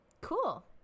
Cool